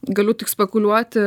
galiu tik spekuliuoti